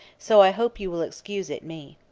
so i hope you will excuse it me.